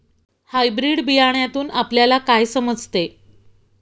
Hybrid बियाण्यातून आपल्याला काय समजते?